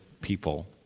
people